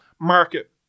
market